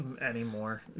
anymore